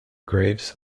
graves